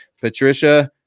Patricia